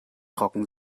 trocken